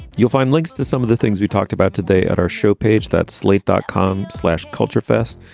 you'll find links to some of the things we talked about today at our show page, that slate dot com slash culture fest.